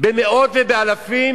במאות ובאלפים